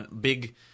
big